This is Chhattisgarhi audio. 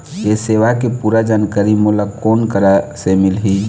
ये सेवा के पूरा जानकारी मोला कोन करा से मिलही?